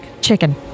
chicken